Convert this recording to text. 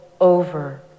over